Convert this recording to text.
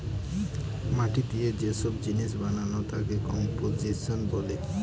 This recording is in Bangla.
মাটি দিয়ে যে সব জিনিস বানানো তাকে কম্পোসিশন বলে